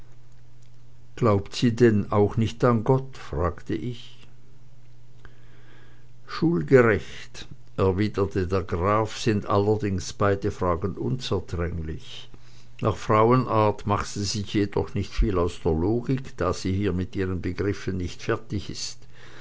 glaubt sie denn auch nicht an gott fragte ich schulgerecht erwiderte der graf sind allerdings beide fragen unzertrennlich nach frauenart macht sie sich jedoch nicht viel aus der logik da sie hier mit ihren begriffen nicht fertig ist